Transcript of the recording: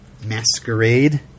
Masquerade